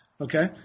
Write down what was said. Okay